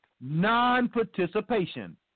Non-participation